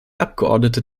abgeordnete